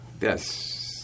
yes